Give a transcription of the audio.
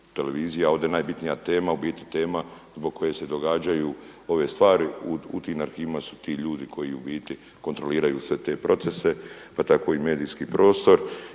televiziji. A ovdje najbitnija tema u biti tema zbog koje se događaju ove stvari, u tim arhivima su ti ljudi koji u biti kontroliraju sve te procese, pa tako i medijski prostor.